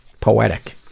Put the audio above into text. Poetic